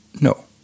No